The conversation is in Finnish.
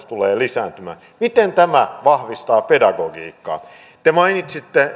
tulee lisääntymään miten tämä vahvistaa pedagogiikkaa te mainitsitte